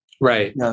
Right